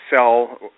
sell